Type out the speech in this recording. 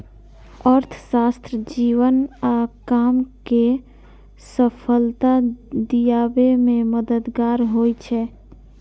अर्थशास्त्र जीवन आ काम कें सफलता दियाबे मे मददगार होइ छै